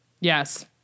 Yes